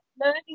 learning